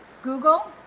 google,